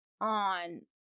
on